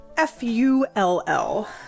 F-U-L-L